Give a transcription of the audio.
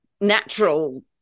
natural